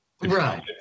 Right